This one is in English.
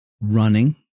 running